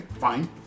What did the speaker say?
fine